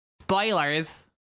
Spoilers